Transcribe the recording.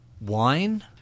Wine